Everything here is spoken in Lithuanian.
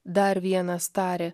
dar vienas tarė